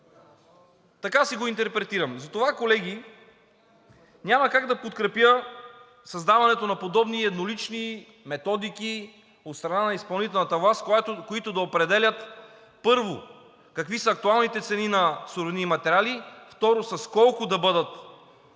Така си го интерпретирам! Затова, колеги, няма как да подкрепя създаването на подобни еднолични методики от страна на изпълнителната власт, които да определят, първо, какви са актуалните цени на суровини и материали; второ, с колко да бъдат